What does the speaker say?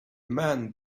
man